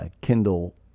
Kindle